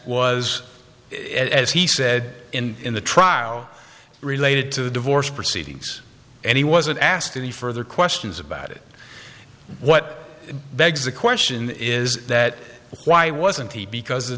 it as he said in the trial related to the divorce proceedings and he wasn't asked any further questions about it what begs the question is that why wasn't he because the